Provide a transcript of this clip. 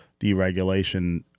deregulation